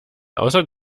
außer